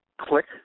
click